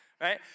Right